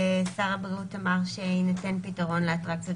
ושר הבריאות אמר שניתן פתרון לאטרקציות